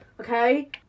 Okay